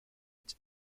its